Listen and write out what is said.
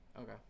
Okay